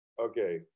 okay